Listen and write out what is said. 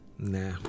Nah